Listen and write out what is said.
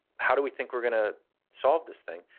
how do we think we're going to solve this thing?